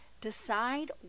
decide